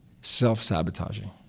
self-sabotaging